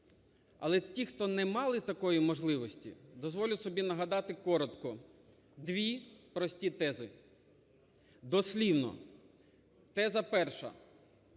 Але ті, хто не мали такої можливості, дозволю собі нагадати коротко дві прості тези дослівно. Теза перша.